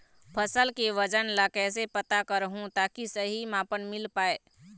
फसल के वजन ला कैसे पता करहूं ताकि सही मापन मील पाए?